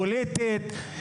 פוליטית,